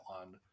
on